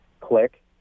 click